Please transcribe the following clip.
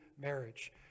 marriage